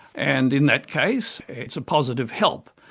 and in that case it's a positive help.